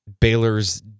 Baylor's